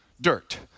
dirt